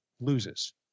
loses